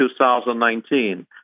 2019